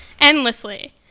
Endlessly